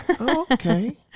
Okay